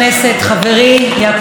יעקב מרגי,